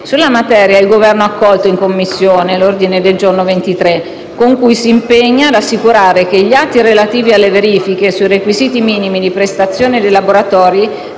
Sulla materia il Governo ha accolto, in Commissione, l'ordine del giorno n. 23, con cui si impegna ad assicurare che gli atti relativi alle verifiche sui requisiti minimi di prestazione dei laboratori,